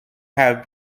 have